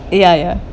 ya ya